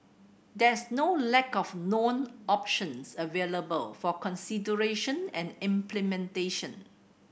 there's no lack of known options available for consideration and implementation